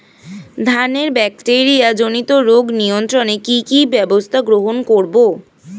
ধানের ব্যাকটেরিয়া জনিত রোগ নিয়ন্ত্রণে কি কি ব্যবস্থা গ্রহণ করব?